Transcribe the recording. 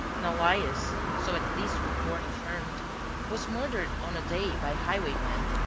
now laius so at least report affirmed was murdered on a day by highwaymen,